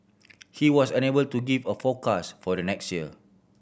he was unable to give a forecast for the next year